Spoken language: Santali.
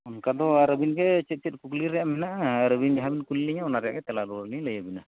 ᱚᱱᱠᱟᱫᱚ ᱟᱨ ᱟᱹᱵᱤᱱᱜᱮ ᱟᱨ ᱪᱮᱫ ᱪᱮᱫ ᱠᱩᱠᱞᱤ ᱨᱮᱭᱟᱜ ᱢᱮᱱᱟᱜᱼᱟ ᱟᱨ ᱟᱹᱵᱤᱱ ᱡᱟᱦᱟᱸᱵᱤᱱ ᱠᱩᱞᱤᱞᱮᱧᱟ ᱚᱱᱟ ᱨᱮᱭᱟᱜ ᱜᱮ ᱛᱮᱞᱟ ᱨᱩᱣᱟᱹᱲᱞᱤᱧ ᱞᱟᱹᱭ ᱟᱵᱤᱱᱟ